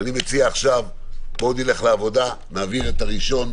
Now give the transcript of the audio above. אני מציע עכשיו שנלך לעבודה, נעביר בקריאה ראשונה.